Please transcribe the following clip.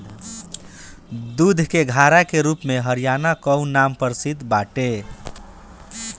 दूध के घड़ा के रूप में हरियाणा कअ नाम प्रसिद्ध बाटे